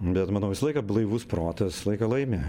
bet manau visą laiką blaivus protas visą laiką laimi